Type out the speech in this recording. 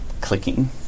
clicking